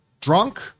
drunk